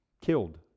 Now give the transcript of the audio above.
killed